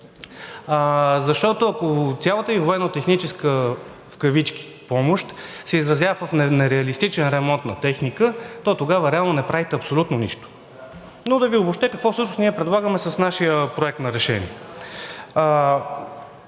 Защото, ако цялата военнотехническа, в кавички, помощ се изразява в нереалистичен ремонт на техника, то тогава реално не правите абсолютно нищо. Но да Ви обобщя какво всъщност ние предлагаме с нашия проект на решение.